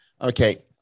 okay